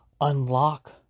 unlock